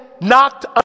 knocked